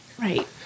Right